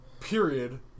period